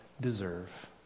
deserve